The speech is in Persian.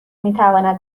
میتواند